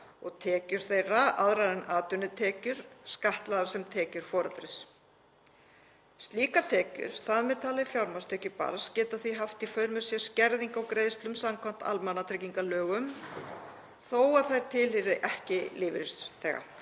og tekjur þeirra, aðrar en atvinnutekjur, skattlagðar sem tekjur foreldris. Slíkar tekjur, þar með taldar fjármagnstekjur barns, geta því haft í för með sér skerðingu á greiðslum samkvæmt almannatryggingalögum þó að þær tilheyri ekki lífeyristaka.